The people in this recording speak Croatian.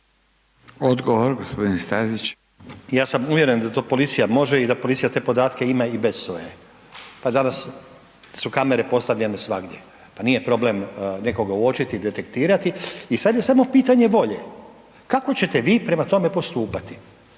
**Stazić, Nenad (SDP)** Ja sam uvjeren da to policija može i da policija te podatke ima i bez SOA-e, pa danas su kamere postavljene svagdje, pa nije problem nekoga uočiti i detektirati i sad je samo pitanje volje, kako ćete vi prema tome postupati,